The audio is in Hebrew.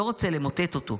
לא רוצה למוטט אותו.